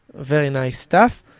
very nice stuff.